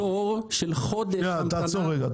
תעצור רגע.